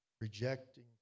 rejecting